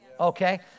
okay